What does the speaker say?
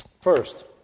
First